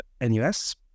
NUS